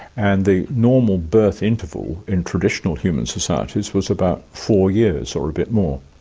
and the normal birth interval in traditional human societies was about four years or a bit more.